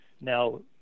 Now